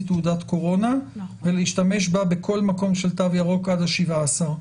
תעודת קורונה ולהשתמש בה בכל מקום של תו ירוק עד ה-17.